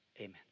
Amen